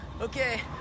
Okay